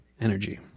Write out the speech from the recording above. energy